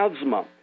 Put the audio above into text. asthma